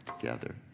together